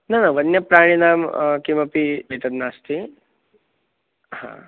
न वन्यप्राणिनां किमपि एतद् नास्ति हा